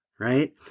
Right